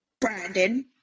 Brandon